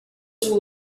too